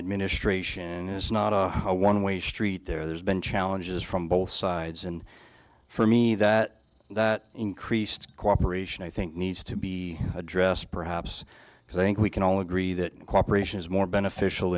administration and it's not a one way street there's been challenges from both sides and for me that that increased cooperation i think needs to be addressed perhaps because i think we can all agree that cooperation is more beneficial